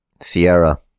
Sierra